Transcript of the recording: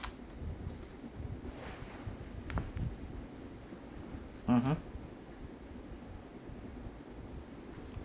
mmhmm